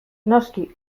noski